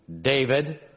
David